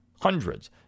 Hundreds